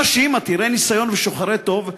אנשים עתירי ניסיון ושוחרי טוב,